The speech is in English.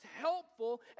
helpful